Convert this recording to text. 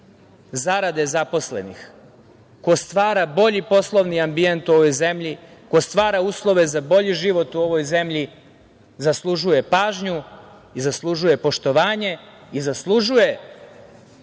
zarade zaposlenih, ko stvara bolji poslovni ambijent u ovoj zemlji, ko stvara uslove za bolji život u ovoj zemlji zaslužuje pažnju i zaslužuje poštovanje i zaslužuje